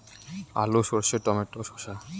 আলু সর্ষে টমেটো শসা